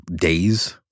days